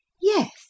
Yes